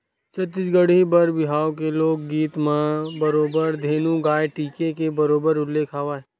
छत्तीसगढ़ी बर बिहाव के लोकगीत म बरोबर धेनु गाय टीके के बरोबर उल्लेख हवय